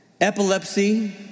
Epilepsy